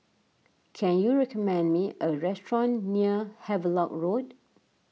can you recommend me a restaurant near Havelock Road